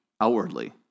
outwardly